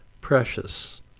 precious